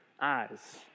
eyes